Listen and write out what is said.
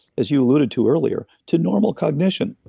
as you alluded to earlier, to normal cognition.